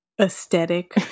aesthetic